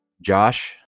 Josh